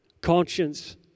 Conscience